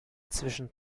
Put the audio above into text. zwischen